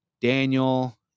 daniel